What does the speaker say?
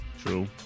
True